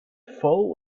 full